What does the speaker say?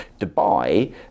Dubai